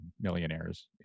millionaires